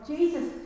Jesus